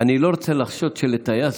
רוצה לחשוד שלטייס